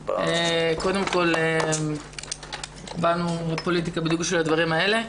קודם כל, באנו לפוליטיקה בדיוק בשביל הדברים האלה.